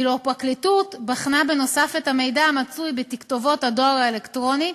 ואילו הפרקליטות בחנה בנוסף את המידע המצוי בתכתובות הדואר האלקטרוני,